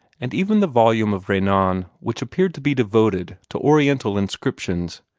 and even the volume of renan which appeared to be devoted to oriental inscriptions,